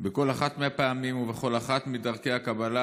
בכל אחת מהפעמים ובכל אחת מדרכי הקבלה